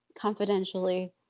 confidentially